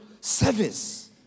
service